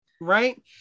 right